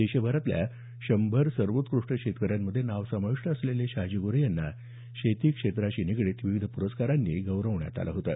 देशभरातल्या शंभर सर्वोत्कृष्ट शेतकऱ्यांमध्ये नाव समाविष्ट असलेले शहाजी गोरे यांना शेती क्षेत्राशी निगडित विविध पुरस्कारांनी गौरवण्यात आलं होतं